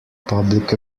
public